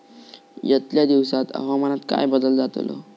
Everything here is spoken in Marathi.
यतल्या दिवसात हवामानात काय बदल जातलो?